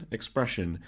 Expression